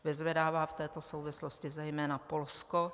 Vyzvedává v této souvislosti zejména Polsko.